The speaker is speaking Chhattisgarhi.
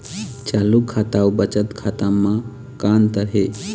चालू खाता अउ बचत खाता म का अंतर हे?